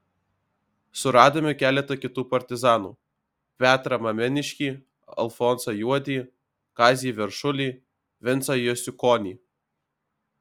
suradome keletą kitų partizanų petrą mameniškį alfonsą juodį kazį veršulį vincą jasiukonį